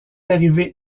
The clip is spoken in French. arrivé